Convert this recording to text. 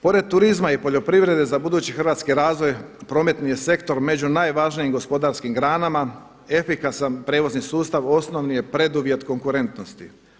Pored turizma i poljoprivrede za budući hrvatski razvoj prometni je sektor među najvažnijim gospodarskim granama efikasan prijevozni sustav osnovni je preduvjet konkurentnosti.